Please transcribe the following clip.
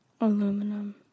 aluminum